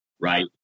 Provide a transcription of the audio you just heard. right